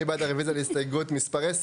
מי בעד רביזיה להסתייגות מספר 13?